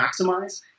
maximize